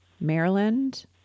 Maryland